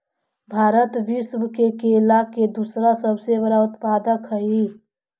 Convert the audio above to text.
भारत विश्व में केला के दूसरा सबसे बड़ा उत्पादक हई